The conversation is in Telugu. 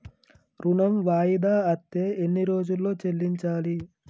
ఋణం వాయిదా అత్తే ఎన్ని రోజుల్లో చెల్లించాలి?